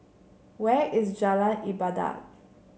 where is Jalan Ibadat